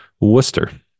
worcester